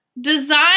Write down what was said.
Design